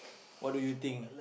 what do you think